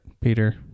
Peter